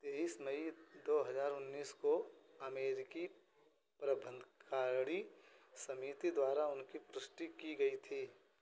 तेईस मई दो हजार उन्नीस को अमेरिकी प्रबंधकारिणी समिति द्वारा उनकी पुष्टि की गई थी